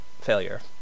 failure